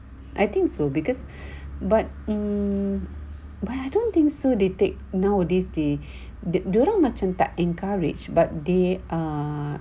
I think so because but mm but I don't think so they take nowadays they dia orang macam tak encouraged but they are